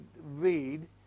read